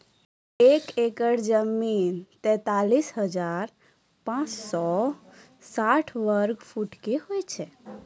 एक एकड़ जमीन, तैंतालीस हजार पांच सौ साठ वर्ग फुटो के होय छै